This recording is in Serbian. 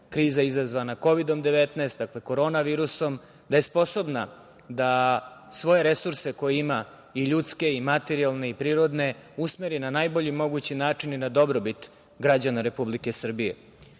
kriza izazvana Kovidom 19, dakle korona virusom, da je sposobna da svoje resurse koje ima, i ljudske i materijalne i prirodne, usmeri na najbolji mogući način i za dobrobit građana Republike Srbije. Moj